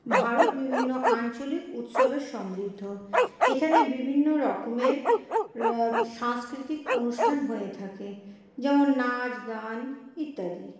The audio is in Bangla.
ভারত বিভিন্ন আঞ্চলিক উৎসবে সমৃদ্ধ এখানে বিভিন্ন রকমের সাংস্কৃতিক অনুষ্ঠান হয়ে থাকে যেমন নাচ গান ইত্যাদি